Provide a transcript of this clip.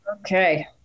Okay